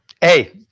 Hey